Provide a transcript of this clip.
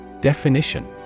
Definition